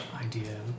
idea